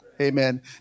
Amen